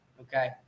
Okay